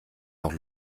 noch